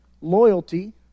loyalty